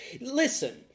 Listen